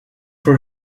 for